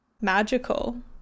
magical